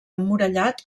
emmurallat